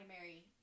marry